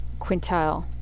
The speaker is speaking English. quintile